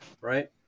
right